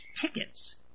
tickets